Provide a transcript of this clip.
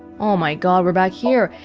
oh, my god, we're back here.